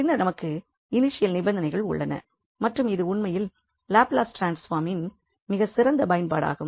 பின்னர் நமக்கு இனிஷியல் நிபந்தனைகள் உள்ளன மற்றும் இது உண்மையில் லாப்லஸ் ட்ரான்ஸ்பார்மின் மிகச் சிறந்த பயன்பாடாகும்